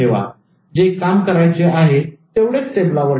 आणि जे काम करायचे आहे तेवढेच टेबलवर ठेवा